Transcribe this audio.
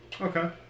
Okay